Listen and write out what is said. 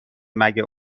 مگه